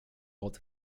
old